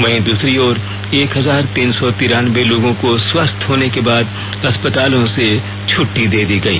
वहीं दूसरी ओर एक हजार तीन सौ तिरानबे लोगों को स्वस्थ होने के बाद अस्पतालों से छुट्टी दे दी गई